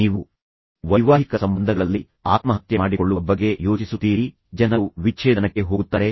ನಿಮ್ಮ ಮಾನವ ಸಂಬಂಧವು ವಿಫಲವಾದ ಕ್ಷಣ ಆದ್ದರಿಂದ ನೀವು ವೈವಾಹಿಕ ಸಂಬಂಧಗಳಲ್ಲಿ ಆತ್ಮಹತ್ಯೆ ಮಾಡಿಕೊಳ್ಳುವ ಬಗ್ಗೆ ಯೋಚಿಸುತ್ತೀರಿ ಜನರು ವಿಚ್ಛೇದನಕ್ಕೆ ಹೋಗುತ್ತಾರೆ